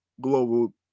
global